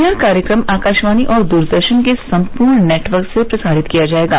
यह कार्यक्रम आकाशवाणी और द्रदर्शन के सम्पूर्ण नेटवर्क से प्रसारित किया जायेगा